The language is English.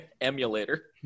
emulator